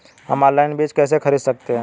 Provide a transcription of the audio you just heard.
हम ऑनलाइन बीज कैसे खरीद सकते हैं?